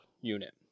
unit